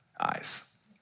eyes